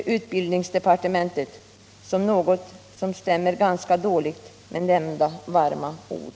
utbild Om maskinförarutningsdepartementet, som något som stämmer ganska dåligt med nämnda = bildning i gymnavarma ord!